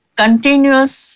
continuous